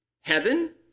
Heaven